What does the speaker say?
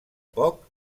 poc